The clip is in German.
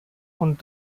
und